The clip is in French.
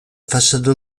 façade